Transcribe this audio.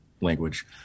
language